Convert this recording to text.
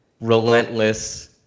relentless